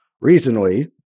Recently